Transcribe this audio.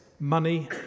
money